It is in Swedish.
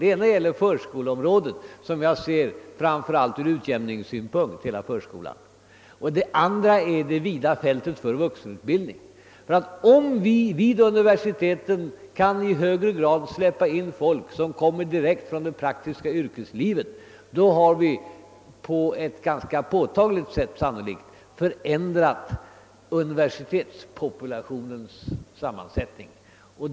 Det ena är hela förskoleområdet, som jag framför allt betraktar ur utjämningssynpunkt, och det andra är det vida fältet för vuxenutbildning. Om vi vid universiteten i högre grad kan ta in folk, som kommer direkt från det praktiska yrkeslivet, har vi sannolikt på ett ganska påtagligt sätt förändrat universitetspopulationens sammansättning.